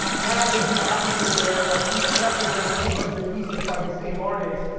now they do the opposite, where like these collectors own two hundred pieces by the same artist,